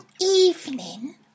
evening